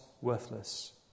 worthless